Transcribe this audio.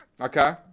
okay